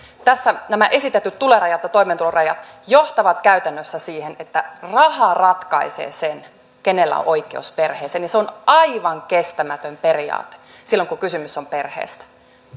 tässä nämä esitetyt tulorajat ja toimeentuloraja johtavat käytännössä siihen että raha ratkaisee sen kenellä on oikeus perheeseen ja se on aivan kestämätön periaate silloin kun kysymys on perheestä